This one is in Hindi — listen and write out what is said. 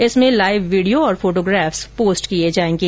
इसमें लाइव वीडियो और फोटोग्राफ़स पोस्ट किये जायेंगे